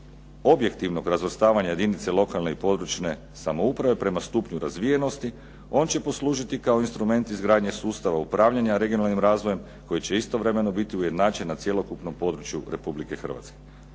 objektivnog razvrstavanja jedinice lokalne i područne samouprave prema stupnju razvijenosti on će poslužiti kao instrument izgradnje sustava upravljanja regionalnim razvojem koji će istovremeno biti ujednačen na cjelokupnom području RH. Također